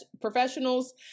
professionals